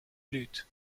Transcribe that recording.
lute